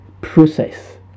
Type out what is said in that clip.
process